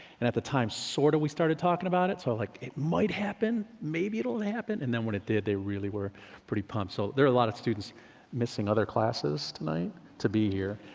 and at the time, sorta we started talkin' about it. so like it might happen, maybe it'll happen and then when it did they really were pretty pumped so there're a lot of students missing other classes tonight to be here.